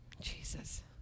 Jesus